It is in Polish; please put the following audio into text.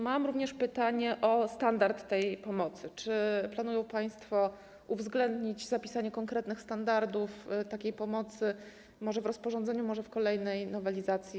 Mam również pytanie o standard tej pomocy: Czy planują państwo uwzględnić zapisanie konkretnych standardów takiej pomocy może w rozporządzeniu, może w kolejnej nowelizacji?